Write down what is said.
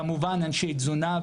כמובן אנשי תזונה,